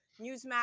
newsmax